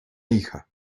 hija